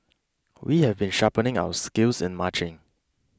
we have been sharpening our skills in marching